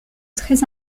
très